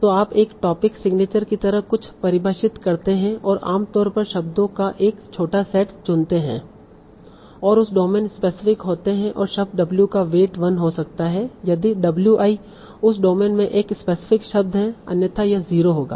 तो आप एक टोपिक सिग्नेचर की तरह कुछ परिभाषित करते हैं और आम तौर पर शब्दों का एक छोटा सेट चुनते हैं जो उस डोमेन स्पेसिफिक होते हैं और शब्द w का वेट 1 हो सकता है यदि w i उस डोमेन में एक स्पेसिफिक शब्द है अन्यथा यह 0 होगा